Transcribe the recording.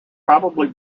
probably